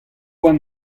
war